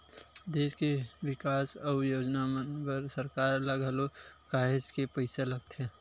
देस के बिकास अउ योजना मन बर सरकार ल घलो काहेच के पइसा लगथे